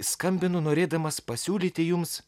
skambinu norėdamas pasiūlyti jums